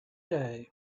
day